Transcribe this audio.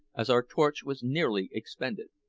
as our torch was nearly expended.